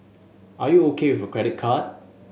are you O K with credit card